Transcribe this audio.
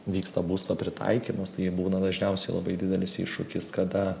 vyksta būsto pritaikymas tai būna dažniausiai labai didelis iššūkis kada